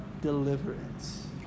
Deliverance